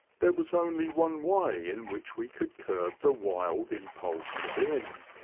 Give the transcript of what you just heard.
there was only one way in which we could curb the wild impulse within.